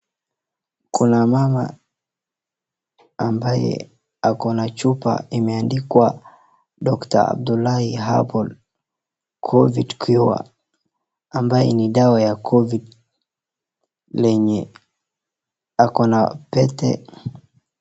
Kuna mama ambaye ako na chupa imeandikwa Dr. Abdullahi Herbal COVID Cure , ambaye ni dawa ya COVID , lenye ako na pete.